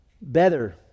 better